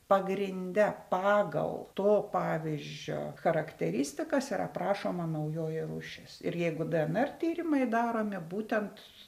pagrinde pagal to pavyzdžio charakteristikas ir aprašoma naujoji rūšis ir jeigu dnr tyrimai daromi būtent